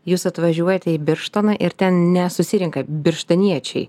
jūs atvažiuojate į birštoną ir ten ne susirenka birštoniečiai